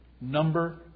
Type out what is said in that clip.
Number